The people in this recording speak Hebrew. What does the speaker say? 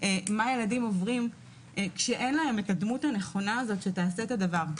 מה ילדים עוברים כשאין להם הדמות הנכונה הזאת שתעשה את הדבר.